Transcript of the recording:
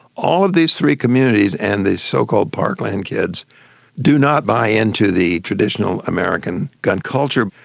all of these three communities and these so-called parkland kids do not buy into the traditional american gun culture.